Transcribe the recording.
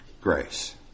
grace